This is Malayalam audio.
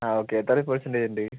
ആ ഓക്കേ എത്ര പേഴ്സൻറ്റേജ് ഉണ്ട്